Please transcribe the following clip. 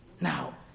Now